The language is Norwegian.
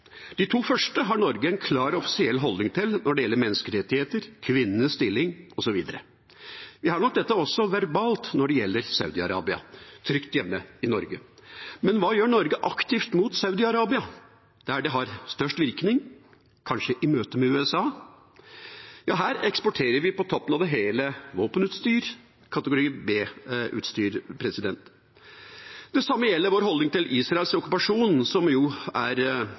De to første har Norge en klar offisiell holdning til når det gjelder menneskerettigheter, kvinnenes stilling osv. Vi har nok dette – verbalt – også når det gjelder Saudi-Arabia, trygt hjemme i Norge. Men hva gjør Norge aktivt mot Saudi-Arabia der det kanskje har størst virkning: i møte med USA? Her eksporterer vi på toppen av det hele våpenutstyr, kategori B-utstyr. Det samme gjelder vår holdning til Israels okkupasjon. Den holdningen er